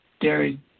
dairy